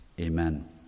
Amen